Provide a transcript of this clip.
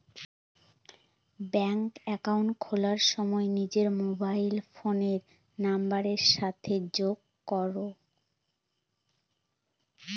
ব্যাঙ্কে একাউন্ট খোলার সময় নিজের মোবাইল ফোনের নাম্বারের সাথে যোগ করে